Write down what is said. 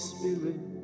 Spirit